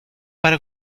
para